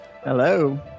Hello